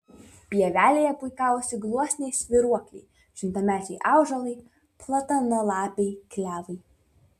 pievelėje puikavosi gluosniai svyruokliai šimtamečiai ąžuolai platanalapiai klevai